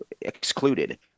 excluded